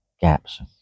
gaps